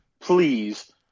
please